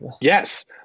Yes